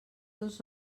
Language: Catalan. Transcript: dos